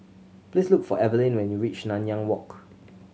please look for Evelin when you reach Nanyang Walk